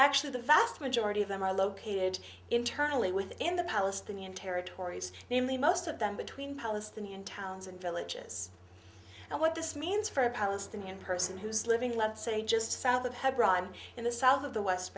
actually the vast majority of them are located internally within the palestinian territories namely most of them between palestinian towns and villages and what this means for a palestinian person who's living let's say just south of hebron in the south of the west